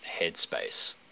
headspace